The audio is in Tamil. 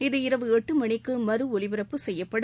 இது இரவு எட்டு மணிக்கு மறுஒலிபரப்பு செய்யப்படும்